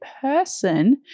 person